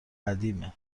قدیمه